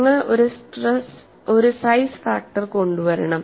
നിങ്ങൾ ഒരു size factor കൊണ്ടുവരണം